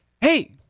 hey